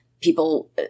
people